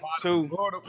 two